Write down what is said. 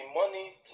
money